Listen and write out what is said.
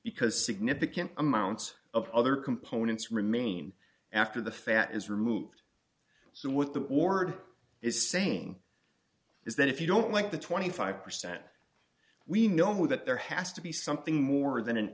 because significant amounts of other components remain after the fat is removed so what the board is saying is that if you don't like the twenty five percent we know that there has to be something more than an